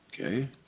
Okay